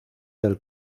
del